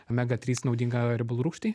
omega trys naudingą riebalų rūgštį